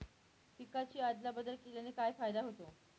पिकांची अदला बदल केल्याने काय फायदा होतो?